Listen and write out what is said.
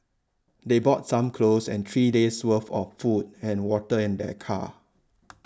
they brought some clothes and three days worth of food and water in their car